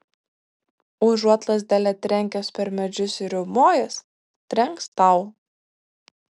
užuot lazdele trenkęs per medžius ir riaumojęs trenks tau